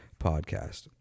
podcast